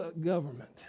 government